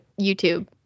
YouTube